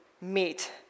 meet